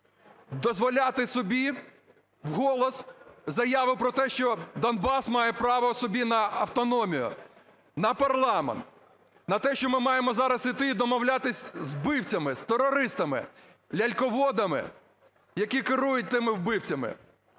дозволяти собі вголос заяви про те, що Донбас має право собі на автономію, на парламент, на те, що ми маємо зараз іти і домовлятись з вбивцями, з терористами, ляльководами, які керують тими вбивцями?